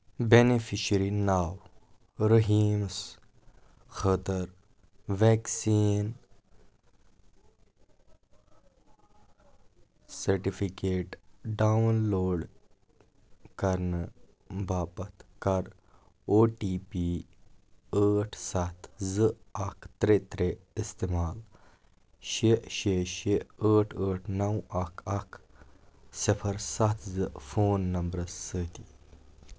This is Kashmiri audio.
بینِفیشرِی ناو رٔحیٖمس خٲطرٕ ویکسیٖن سرٹِفکیٹ ڈاوُن لوڈ کرنہٕ باپتھ کر او ٹی پی ٲٹھ سَتھ زٕ اکھ ترے ترے استعمال شےٚ شےٚ شےٚ ٲٹھ ٲٹھ نو اکھ اکھ صِفر سَتھ زٕ فون نمبرس سۭتۍ